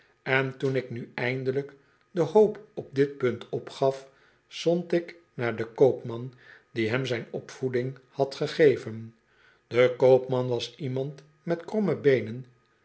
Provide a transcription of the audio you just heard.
en toen ik nu eindelijk de hoop op dit punt opgaf zond ik naar den koopman die hem zijn opvoeding had gegeven de koopman was iemand met kromme beenen